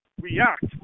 react